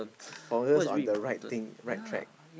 focus on the right thing right track